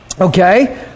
Okay